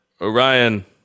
Orion